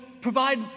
provide